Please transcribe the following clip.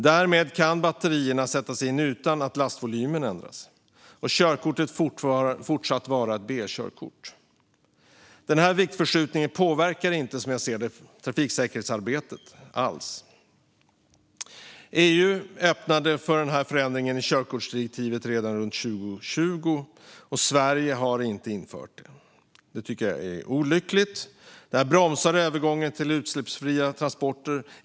Därmed kan batterierna sättas in utan att lastvolymen ändras, och körkortet kan fortsatt vara ett B-körkort. Den viktförskjutningen påverkar inte alls trafiksäkerhetsarbetet, som jag ser det. EU öppnade redan runt 2020 upp för denna förändring i körkortsdirektivet. Men Sverige har inte infört den. Det är olyckligt och bromsar övergången till utsläppsfria transporter.